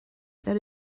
that